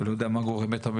אז מבחינתנו,